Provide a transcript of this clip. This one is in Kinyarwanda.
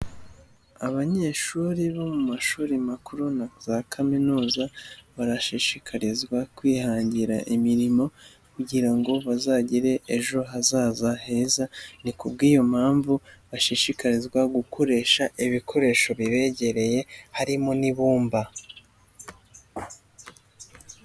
Abanyeshuri bo mu mashuri makuru na za kaminuza barashishikarizwa kwihangira imirimo kugira ngo bazagire ejo hazaza heza, ni ku bw'iyo mpamvu bashishikarizwa gukoresha ibikoresho bibegereye harimo n'ibumba.